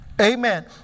Amen